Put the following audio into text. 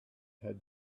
had